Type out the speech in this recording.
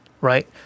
Right